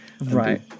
Right